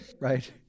right